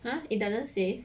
!huh! it doesn't say